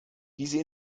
diese